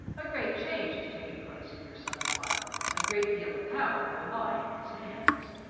a great change has taken place in your son's life, a great deal of power will lie in his hands.